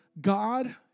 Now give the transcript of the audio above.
God